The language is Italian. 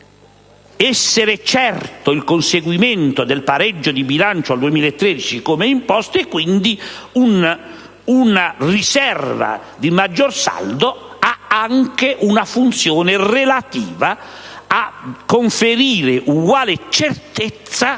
essere certo il conseguimento del pareggio di bilancio nel 2013 come imposto e, quindi, una riserva di maggior saldo serve a conferire uguale certezza